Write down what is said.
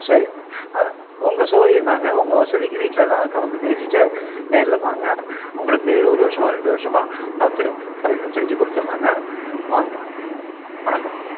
சரி ஆ உங்கள் சௌகரியந்தாங்க உங்கள் வசதிக்கு வீட்லெலாம் கலந்து பேசிவிட்டு நேரில் வாங்க உங்களுக்கு ஒரு வருஷமா ரெண்டு வருஷமா பார்த்து கரெக்டாக செஞ்சு கொடுத்துர்லாங்க வாங்க வணக்கங்க